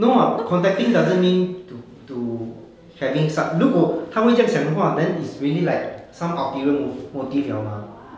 no [what] contacting doesn't mean t~ to having some 如果他们这样想的话 then it's really like some ulterior mov~ motive liao mah